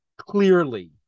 clearly